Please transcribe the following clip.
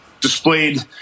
displayed